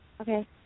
Okay